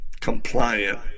compliant